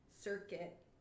circuit